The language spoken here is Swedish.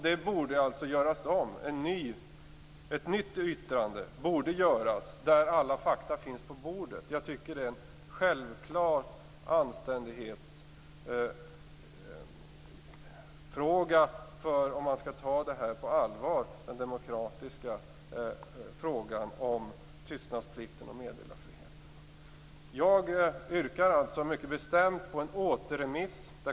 Det borde göras ett nytt yttrande där alla fakta finns med. Jag tycker att det är en självklar anständighetsfråga, om man tar på allvar den demokratiska frågan om tystnadsplikten och meddelarfriheten. Jag yrkar mycket bestämt på en återremiss.